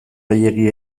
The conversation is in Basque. gehiegi